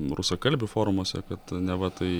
rusakalbių forumuose kad neva tai